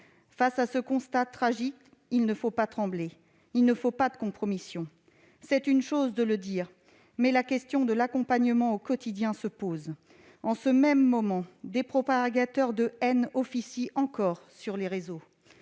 Face à ce constat tragique, il ne faut pas trembler ; il ne faut pas de compromission. C'est une chose de le dire, mais la question de l'accompagnement au quotidien se pose. En ce moment même, des propagateurs de haine officient encore sur les réseaux.